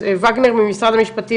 אז וגנר ממשרד המשפטים,